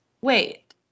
Wait